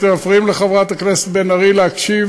אתם מפריעים לחברת הכנסת בן ארי להקשיב